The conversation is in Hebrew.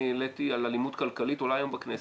העליתי על אלימות כלכלית עולה היום בכנסת,